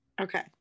Okay